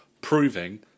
proving